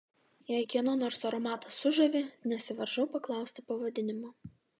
jei kieno nors aromatas sužavi nesivaržau paklausti pavadinimo